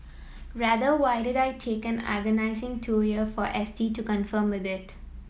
rather why did I take an agonising two year for S T to confirm it